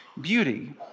beauty